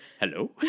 hello